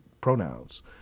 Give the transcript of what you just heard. pronouns